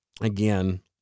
again